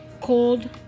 cold